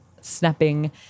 snapping